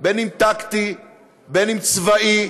בין טקטי בין צבאי